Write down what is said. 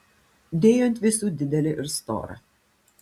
dėjo ant visų didelį ir storą